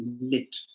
lit